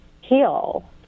heal